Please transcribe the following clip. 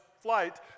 flight